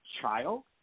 child